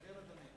כן, אדוני.